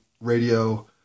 radio